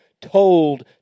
told